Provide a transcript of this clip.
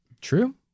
True